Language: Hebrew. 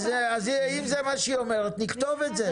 אז אם זה מה שהיא אומרת, נכתוב את זה.